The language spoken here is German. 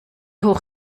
hoch